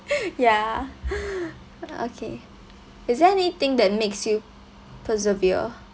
ya uh okay is there anything that makes you persevere